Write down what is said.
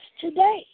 today